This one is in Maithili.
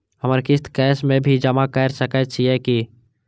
हमर किस्त कैश में भी जमा कैर सकै छीयै की?